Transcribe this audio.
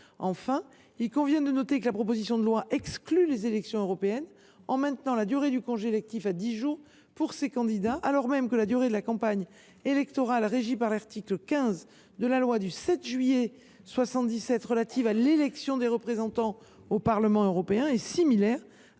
Enfin, il convient de noter que la proposition de loi exclut les élections européennes en maintenant la durée du congé électif à dix jours pour ceux qui y sont candidats, alors même que la durée de la campagne électorale régie par l’article 15 de la loi du 7 juillet 1977 relative à l’élection des représentants au Parlement européen est similaire